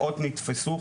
מאות נתפסו,